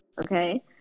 Okay